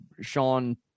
sean